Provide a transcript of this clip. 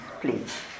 please